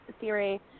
theory